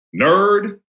nerd